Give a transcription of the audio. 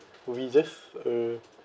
we just uh